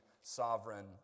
sovereign